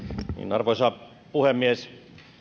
arvoisa puhemies